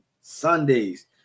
Sundays